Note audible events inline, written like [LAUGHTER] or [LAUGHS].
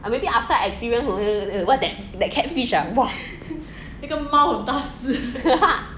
uh maybe after I experience 我会 !wah! that that catfish ah !wah! [LAUGHS]